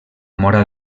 móra